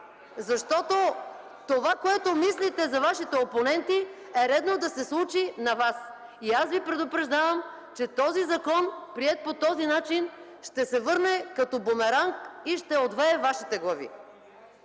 Защото това, което мислите за Вашите опоненти, е редно да се случи на Вас. И аз Ви предупреждавам, че този закон, приет по този начин, ще се върне като бумеранг и ще отвее Вашите глави.